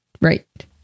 Right